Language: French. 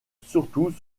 surtout